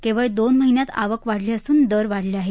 केवळ दोन महिन्यात आवक वाढली असुन दर वाढले आहे